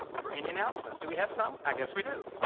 for any announcements. do we have some? i guess we do.